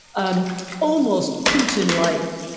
um almost putin like,